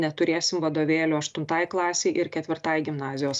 neturėsim vadovėlių aštuntai klasei ir ketvirtai gimnazijos